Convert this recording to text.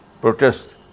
protest